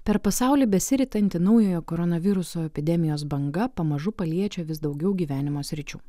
per pasaulį besiritanti naujojo koronaviruso epidemijos banga pamažu paliečia vis daugiau gyvenimo sričių